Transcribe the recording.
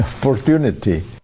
opportunity